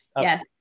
yes